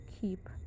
keep